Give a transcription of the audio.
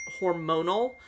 hormonal